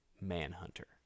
Manhunter